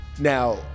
Now